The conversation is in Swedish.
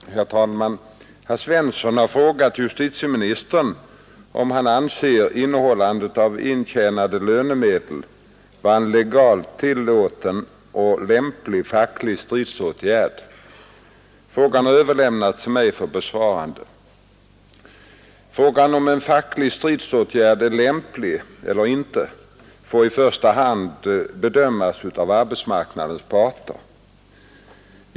Herr talman! Herr Svensson i Malmö har frågat justitieministern om han anser innehållande av intjänade lönemedel vara en legalt tillåten och lämplig facklig stridsåtgärd. Frågan har överlämnats till mig för besvarande. Frågan om en facklig stridsåtgärd är lämplig eller inte får i första hand bedömas av arbetsmarknadens parter.